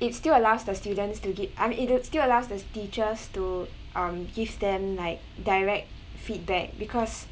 it still allows the students to gi~ it still allows the teachers to um give them like direct feedback because